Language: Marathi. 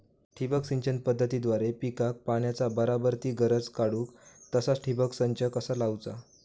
ठिबक सिंचन पद्धतीद्वारे पिकाक पाण्याचा बराबर ती गरज काडूक तसा ठिबक संच कसा चालवुचा?